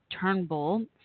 Turnbull